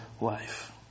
life